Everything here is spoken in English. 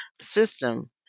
system